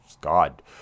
God